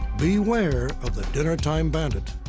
beware of the dinnertime bandit.